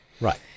right